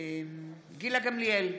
בהצבעה גילה גמליאל,